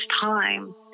time